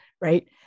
right